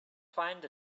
find